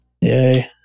Yay